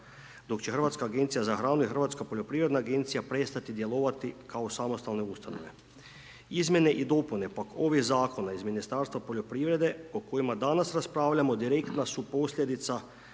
dok će Hrvatska agencija za hranu i Hrvatska poljoprivredna agencija prestati djelovati kao samostalne ustanove. Izmjene i dopune ovih zakona iz Ministarstva poljoprivrede, o kojima danas raspravljamo, direktna su posljedica,